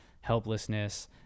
helplessness